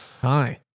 Hi